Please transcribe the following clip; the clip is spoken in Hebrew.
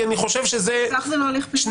כי אני חושב שזה --- פקח זה לא הליך פלילי,